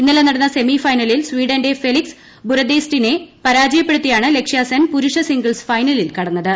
ഇന്നലെ നടന്ന സെമിഫൈനലിൽ സ്വീഡന്റെ ഫെലിക്സ് ബുറെസ്റ്റെദിനെ പരാജയപ്പെടുത്തിയാണ് ലക്ഷ്യസെൻ പുരുഷ സിംഗിൾസ് ഫൈനലിൽ കടന്നത്